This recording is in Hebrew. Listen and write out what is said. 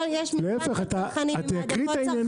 יש מבחר לצרכנים -- להפך, את תייקרי את העניינים.